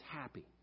happy